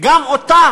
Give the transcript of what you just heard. וגם עתה,